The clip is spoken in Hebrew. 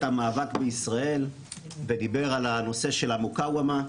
המאבק בישראל ודיבר על הנושא של המוקאוומה.